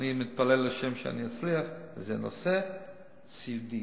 אני מתפלל לה' שאני אצליח, וזה הנושא הסיעודי: